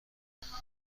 میدانم